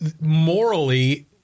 morally